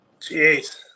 Jeez